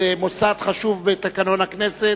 זה מוסד חשוב בתקנון הכנסת,